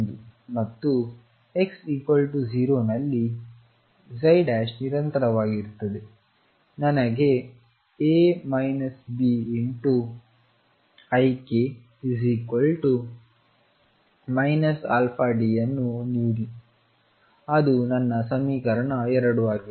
ಮತ್ತು x 0 ನಲ್ಲಿ ನಿರಂತರವಾಗಿರುತ್ತದೆ ನನಗೆ A Bik αD ಅನ್ನು ನೀಡಿ ಅದು ನನ್ನ ಸಮೀಕರಣ 2 ಆಗಿದೆ